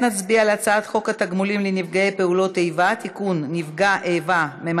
15 חברי כנסת בעד, אין